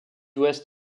ouest